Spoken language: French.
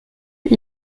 les